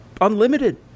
unlimited